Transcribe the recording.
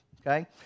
okay